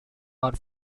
are